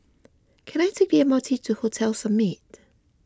can I take the M R T to Hotel Summit